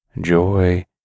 Joy